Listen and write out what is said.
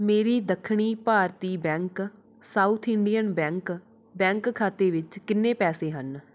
ਮੇਰੇ ਦੱਖਣੀ ਭਾਰਤੀ bank South Indian Bank bank ਖਾਤੇ ਵਿੱਚ ਕਿੰਨੇ ਪੈਸੇ ਹਨ